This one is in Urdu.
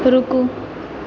رکو